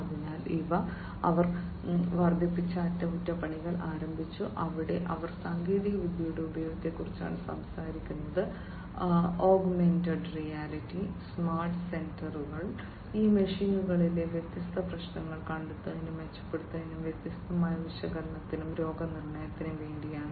അതിനാൽ അവർ വർദ്ധിപ്പിച്ച അറ്റകുറ്റപ്പണികൾ ആരംഭിച്ചു അവിടെ അവർ സാങ്കേതികവിദ്യയുടെ ഉപയോഗത്തെക്കുറിച്ച് സംസാരിക്കുന്നത് ഓഗ്മെന്റഡ് റിയാലിറ്റി സ്മാർട്ട് സെൻസറുകൾ ഈ മെഷീനറികളിലെ വ്യത്യസ്ത പ്രശ്നങ്ങൾ കണ്ടെത്തുന്നത് മെച്ചപ്പെടുത്തുന്നതിനും വ്യത്യസ്തമായ വിശകലനത്തിനും രോഗനിർണയത്തിനും വേണ്ടിയാണ്